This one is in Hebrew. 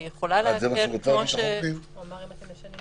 כי היא יכולה פשוט להקל בעניין הזה.